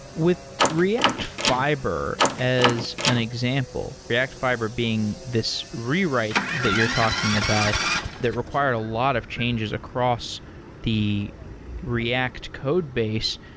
with react fiber as an example, react fiber being this rewrite that you're talking about that required a lot of changes across the react code base,